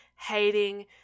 hating